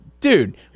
dude